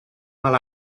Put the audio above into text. mal